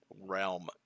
realm